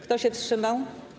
Kto się wstrzymał?